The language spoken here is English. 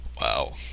Wow